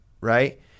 right